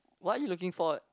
what are you looking for